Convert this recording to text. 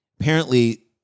Apparently-